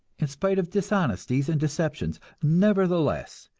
in spite of dishonesties and deceptions nevertheless,